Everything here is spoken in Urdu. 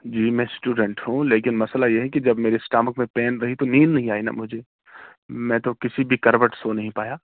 جی میں اسٹوڈنٹ ہوں لیکن مسئلہ یہ ہے کہ جب میرے اسٹامک میں پین رہی تو نیند نہیں آئی نا مجھے میں تو کسی بھی کروٹ سو نہیں پایا